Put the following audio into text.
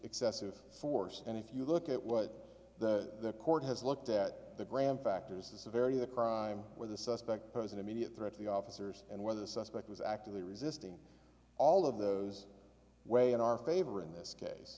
excessive force and if you look at what the court has looked at the grand factors the severity of the crime where the suspect present media threat to the officers and whether the suspect was actively resisting all of those way in our favor in this case